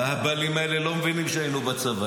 האהבלים האלו לא מבינים שהיינו בצבא.